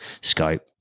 scope